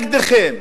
נגדכם.